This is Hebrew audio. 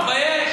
תתבייש.